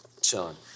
chilling